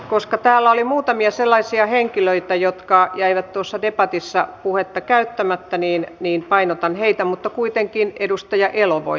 koska täällä oli muutamia sellaisia henkilöitä joilla jäi debatissa puheenvuoro käyttämättä niin painotan heitä mutta kuitenkin edustaja elo voi aloittaa